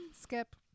Skip